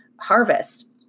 harvest